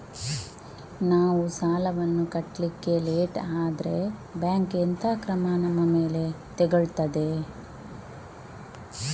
ನಾವು ಸಾಲ ವನ್ನು ಕಟ್ಲಿಕ್ಕೆ ಲೇಟ್ ಆದ್ರೆ ಬ್ಯಾಂಕ್ ಎಂತ ಕ್ರಮ ನಮ್ಮ ಮೇಲೆ ತೆಗೊಳ್ತಾದೆ?